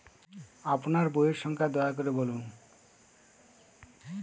আপনার বইয়ের সংখ্যা দয়া করে বলুন?